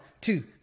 two